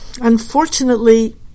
Unfortunately